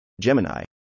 Gemini